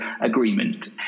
Agreement